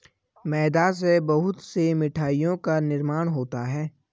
मैदा से बहुत से मिठाइयों का निर्माण होता है